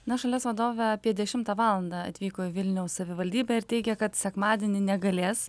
na šalies vadovė apie dešimtą valandą atvyko į vilniaus savivaldybę ir teigia kad sekmadienį negalės